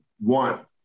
want